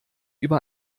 über